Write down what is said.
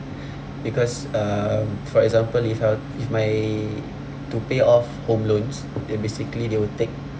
because um for example if I were if my to pay off home loans then basically they will take